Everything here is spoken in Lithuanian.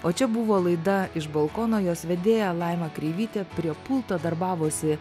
o čia buvo laida iš balkono jos vedėja laima kreivytė prie pulto darbavosi